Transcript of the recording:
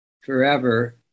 forever